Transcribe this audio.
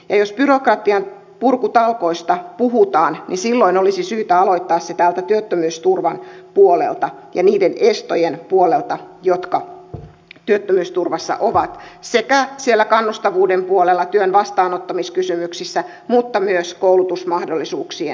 ja jos byrokratian purkutalkoista puhutaan niin silloin olisi syytä aloittaa ne täältä työttömyysturvan puolelta ja niiden estojen puolelta joita työttömyysturvassa on siellä kannustavuuden puolella työn vastaanottamiskysymyksissä mutta myös koulutusmahdollisuuksien puolella